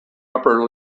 upper